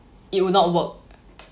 it will not work